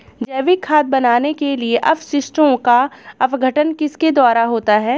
जैविक खाद बनाने के लिए अपशिष्टों का अपघटन किसके द्वारा होता है?